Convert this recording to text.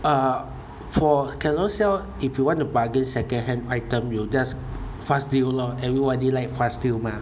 uh for Carousell if you want to bargain secondhand item you just fast deal lor everybody like fast deal mah